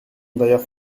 d’ailleurs